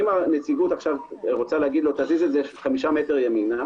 אם הנציגות רוצה לומר לו: תזיז את זה חמישה מטר ימינה,